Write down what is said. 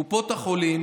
קופות החולים,